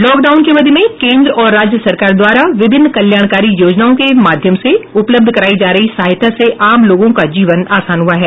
lockdown की अवधि में केन्द्र और राज्य सरकार द्वारा विभिन्न कल्याणकारी योजनाओं के माध्यम से उपलब्ध करायी जा रही सहायता से आम लोगों का जीवन आसान हुआ है